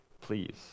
Please